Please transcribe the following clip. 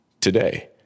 today